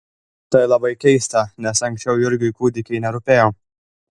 tai labai keista nes anksčiau jurgiui kūdikiai nerūpėjo